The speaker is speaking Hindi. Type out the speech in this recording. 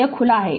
तो यह खुला है